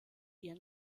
ihr